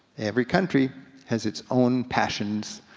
every country has its own passions,